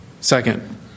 Second